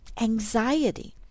anxiety